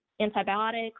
antibiotics